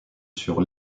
sur